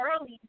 early